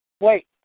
wait